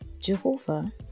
Jehovah